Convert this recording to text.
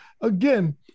again